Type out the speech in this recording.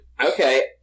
Okay